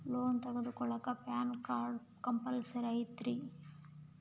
Loan ತೊಗೊಳ್ಳಾಕ PAN card compulsory ಐಯ್ತೇನ್ರಿ?